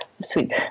sweet